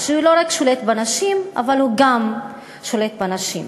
שהוא לא שולט רק בנשים, אבל הוא שולט גם בנשים.